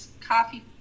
coffee